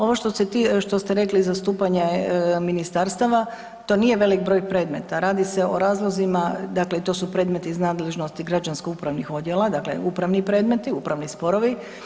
Ovo što ste rekli za zastupanje ministarstava, to nije velik broj predmeta, radi se o razlozima dakle i to su predmeti iz nadležnosti građansko-upravnih odjela, dakle upravni predmeti, upravni sporovi.